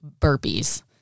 burpees